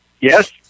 yes